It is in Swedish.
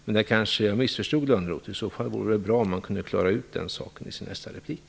Men här kanske jag missförstod Lönnroth. I så fall vore det bra om han kunde klara ut den saken i sin nästa replik.